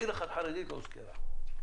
עיר חרדית אחת לא הוזכרה פה.